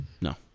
No